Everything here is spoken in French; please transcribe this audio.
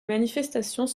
manifestations